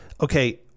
okay